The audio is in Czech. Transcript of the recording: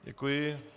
Děkuji.